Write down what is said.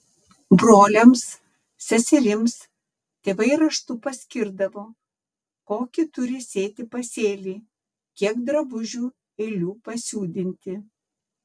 broliams seserims tėvai raštu paskirdavo kokį turi sėti pasėlį kiek drabužių eilių pasiūdinti